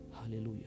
Hallelujah